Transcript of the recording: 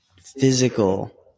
physical